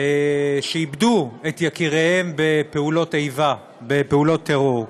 שאיבדו את יקיריהם בפעולות איבה, בפעולות טרור.